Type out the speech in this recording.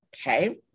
Okay